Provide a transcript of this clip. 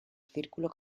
círculo